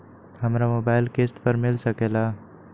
हमरा मोबाइल किस्त पर मिल सकेला?